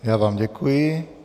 Já vám děkuji.